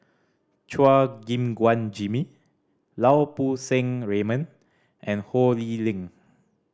Chua Gim Guan Jimmy Lau Poo Seng Raymond and Ho Lee Ling